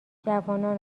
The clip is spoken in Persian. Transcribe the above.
جوانان